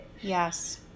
Yes